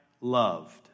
loved